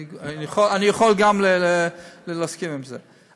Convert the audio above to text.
אני יכול גם להסכים עם זה.